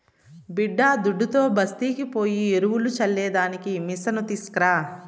బిడ్డాదుడ్డుతో బస్తీకి పోయి ఎరువులు చల్లే దానికి మిసను తీస్కరా